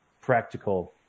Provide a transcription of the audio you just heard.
practical